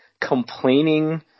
complaining